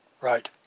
Right